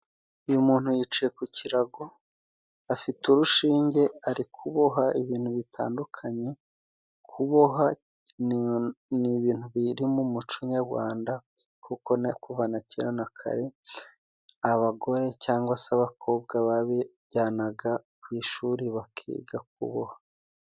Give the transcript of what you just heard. Uyu muntu yicaye ku kirago, afite urushinge ari kuboha ibintu bitandukanye. Kuboha ni ibintu biri mu muco nyarwanda kuko no kuva na kera na kare abagore cyangwa se abakobwa babijyanaga ku ishuri bakiga kuboha.